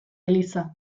eliza